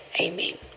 Amen